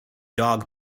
dogg